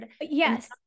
Yes